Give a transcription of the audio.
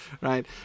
right